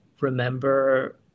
remember